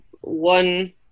one